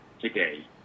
today